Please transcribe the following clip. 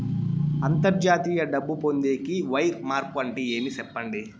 అంతర్జాతీయ డబ్బు పొందేకి, వైర్ మార్పు అంటే ఏమి? సెప్పండి?